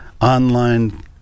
online